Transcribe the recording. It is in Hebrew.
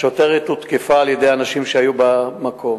השוטרת הותקפה על-ידי אנשים שהיו במקום.